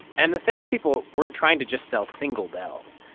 and the salespeople weren't trying to just sell single bells.